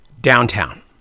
downtown